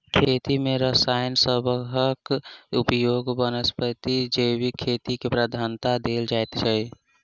खेती मे रसायन सबहक उपयोगक बनस्पैत जैविक खेती केँ प्रधानता देल जाइ छै